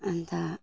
अन्त